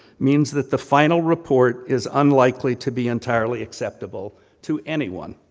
means that the final report is unlikely to be entirely acceptable to anyone.